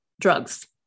Drugs